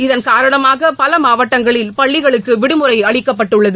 இதன் காரணமாக பல மாவட்டங்களில் பள்ளிகளுக்கு விடுமுறை அளிக்கப்பட்டுள்ளது